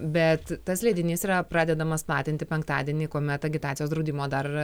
bet tas leidinys yra pradedamas platinti penktadienį kuomet agitacijos draudimo dar